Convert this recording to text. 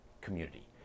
community